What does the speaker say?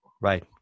right